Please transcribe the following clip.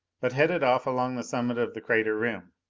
but headed off along the summit of the crater rim.